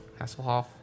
Hasselhoff